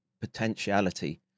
potentiality